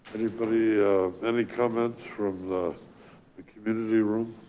anybody any comments from the community room,